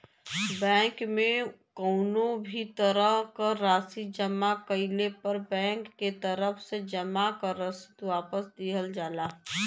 bank में कउनो भी तरह क राशि जमा कइले पर बैंक के तरफ से जमा क रसीद वापस दिहल जाला